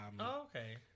okay